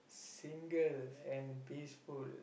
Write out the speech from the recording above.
single and peaceful